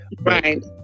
right